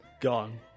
Gone